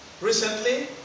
Recently